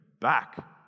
back